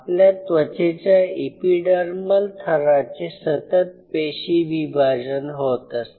आपल्या त्वचेच्या इपीडर्मल थराचे सतत पेशी विभाजन होत असते